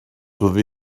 fyddi